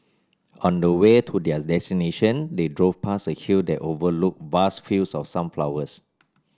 on the way to their destination they drove past a hill that overlooked vast fields of sunflowers